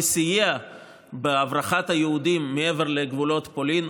וסייע בהברחת היהודים מעבר לגבולות פולין,